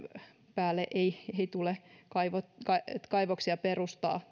päälle tai niiden alle ei tule kaivoksia kaivoksia perustaa